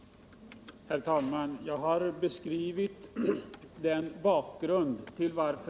ken, m.m.